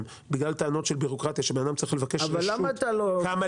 בגלל טענות של בירוקרטיה שאדם צריך לבקש רשות כמה לגדל,